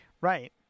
Right